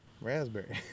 Raspberry